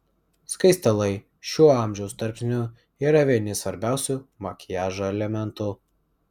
skaistalai šiuo amžiaus tarpsniu yra vieni svarbiausių makiažo elementų